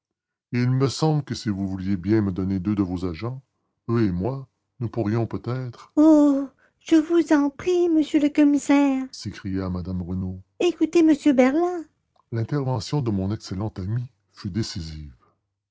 il me semble que si vous vouliez bien me donner deux de vos agents eux et moi nous pourrions peut-être oh je vous en prie monsieur le commissaire s'écria madame renaud écoutez m berlat l'intervention de mon excellente amie fut décisive